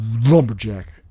lumberjack